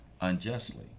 unjustly